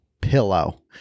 pillow